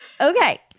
Okay